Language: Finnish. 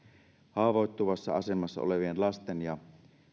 haavoittuvassa asemassa olevien lasten ja